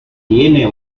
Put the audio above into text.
tiene